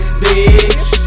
bitch